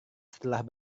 setelah